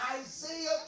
Isaiah